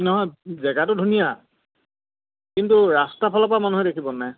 নহয় জেগাটো ধুনীয়া কিন্তু ৰাস্তা ফালৰ পৰা মানুহে দেখিবনে নাই